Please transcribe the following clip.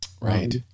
Right